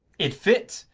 it fits,